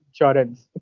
Insurance